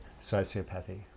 sociopathy